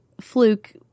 fluke